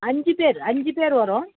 அஞ்சு பேர் அஞ்சு பேர் வரோம்